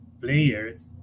players